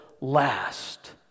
last